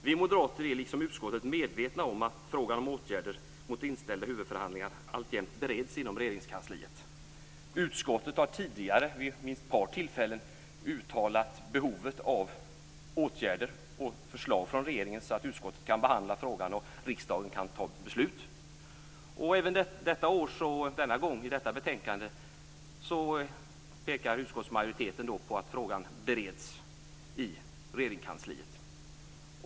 Vi moderater är, liksom utskottet i stort, medvetna om att frågan om åtgärder mot inställda huvudförhandlingar alltjämt bereds inom Regeringskansliet. Utskottet har tidigare vid minst ett par tillfällen uttalat behovet av åtgärder och förslag från regeringen så att utskottet kan behandla frågan och riksdagen kan fatta beslut. Även denna gång pekar utskottsmajoriteten i betänkandet på att frågan bereds i Regeringskansliet.